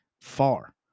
far